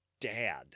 Dad